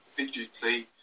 digitally